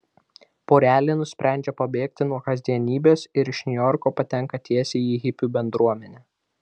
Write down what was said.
porelė nusprendžia pabėgti nuo kasdienybės ir iš niujorko patenka tiesiai į hipių bendruomenę